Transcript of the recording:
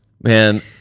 Man